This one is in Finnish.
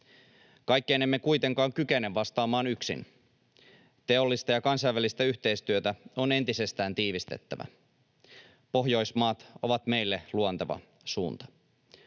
Kaikkeen emme kuitenkaan kykene vastaamaan yksin. Teollista ja kansainvälistä yhteistyötä on entisestään tiivistettävä. Pohjoismaat ovat meille luonteva suunta.